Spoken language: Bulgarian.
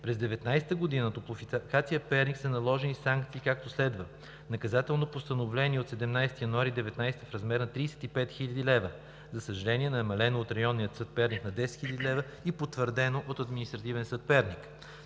През 2019 г. на „Топлофикация – Перник“ са наложени санкции, както следва: Наказателно постановление от 17.01.2019 г. в размер на 35 000 лв., за съжаление, намалено от Районен съд –Перник, на 10 000 лв., и потвърдено от Административен съд – Перник;